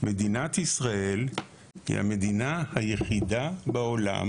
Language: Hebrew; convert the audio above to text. מדינת ישראל היא המדינה היחידה בעולם